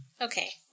Okay